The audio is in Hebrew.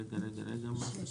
רגע, רגע, רגע.